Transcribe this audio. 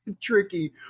tricky